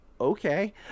okay